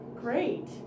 Great